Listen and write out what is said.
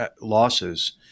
losses